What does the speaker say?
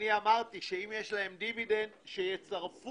אני אמרתי שאם יש להם דיבידנד - שיצרפו